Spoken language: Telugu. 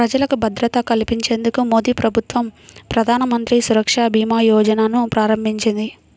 ప్రజలకు భద్రత కల్పించేందుకు మోదీప్రభుత్వం ప్రధానమంత్రి సురక్షభీమాయోజనను ప్రారంభించింది